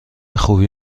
خوبی